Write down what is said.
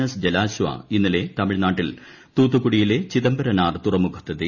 S Jalashwa ഇന്നലെ തമിഴ്നാട്ടിൽ തൂത്തുക്കുടിയിലെ ചിദംബരനാർ തുറമുഖത്തെത്തി